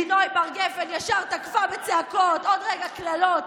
לינוי בר-גפן ישר תקפה בצעקות, עוד רגע קללות,